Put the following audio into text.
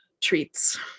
treats